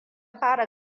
fara